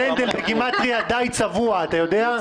יועז הנדל בגימטריה די צבוע, אתה יודע?